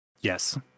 Yes